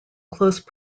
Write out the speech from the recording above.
close